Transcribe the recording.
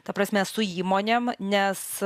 ta prasme su įmonėm nes